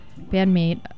bandmate